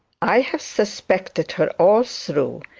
i have suspected her all through,